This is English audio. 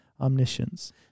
omniscience